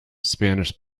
spanish